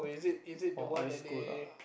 is it is it the one that they